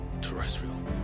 terrestrial